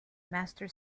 master